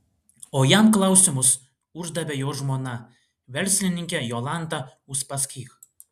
o jam klausimus uždavė jo žmona verslininkė jolanta uspaskich